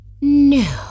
no